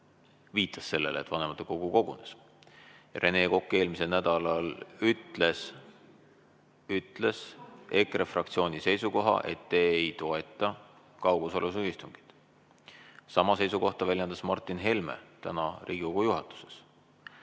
viitas sellele, et vanematekogu kogunes. Rene Kokk eelmisel nädalal ütles EKRE fraktsiooni seisukoha, et te ei toeta kaugosalusega istungeid. Sama seisukohta väljendas Martin Helme täna Riigikogu juhatuses.